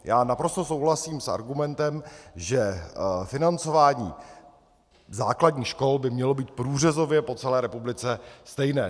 Já naprosto souhlasím s argumentem, že financování základních škol by mělo být průřezově po celé republice stejné.